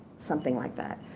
something like that.